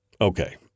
Okay